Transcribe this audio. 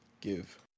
Give